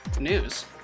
News